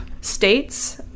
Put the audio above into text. states